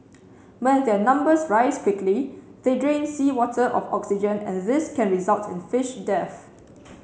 when their numbers rise quickly they drain seawater of oxygen and this can result in fish death